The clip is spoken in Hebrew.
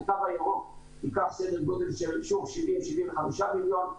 הקו הירוק ייקח סדר גודל של 70, 75 מיליון.